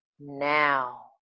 now